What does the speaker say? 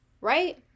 right